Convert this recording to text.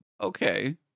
okay